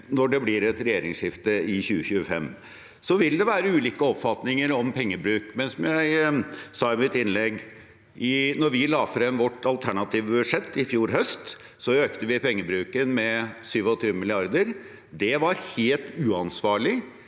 når det blir et regjeringsskifte i 2025. Det vil være ulike oppfatninger om pengebruk, men som jeg sa i mitt innlegg: Da vi la frem vårt alternative budsjett i fjor høst, økte vi pengebruken med 27 mrd. kr. Det var helt uansvarlig,